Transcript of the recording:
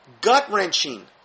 gut-wrenching